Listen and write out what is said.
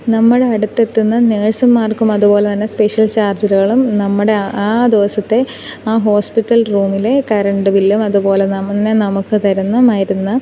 നമ്മളുടെ അടുത്തെത്തുന്ന നേഴ്സുമാർക്കും അതുപോലെ തന്നെ സ്പെഷ്യൽ ചാർജ്ജുകളും നമ്മുടെ ആ ആ ദിവസത്തെ ആ ഹോസ്പിറ്റൽ റൂമിലെ കറൻ്റ് ബില്ലും അതുപോലെ തന്നെ നമുക്ക് തരുന്ന മരുന്ന്